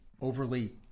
overly